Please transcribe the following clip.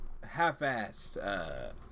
half-assed